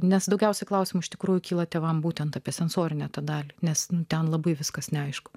nes daugiausiai klausimų iš tikrųjų kyla tėvams būtent apie sensorinę tą dalį nes ten labai viskas neaišku